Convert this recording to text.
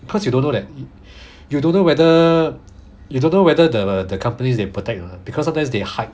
cause you don't know that you don't know whether you don't know whether the the companies they protect or not because sometimes they hide